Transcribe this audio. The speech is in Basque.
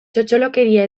txotxolokeria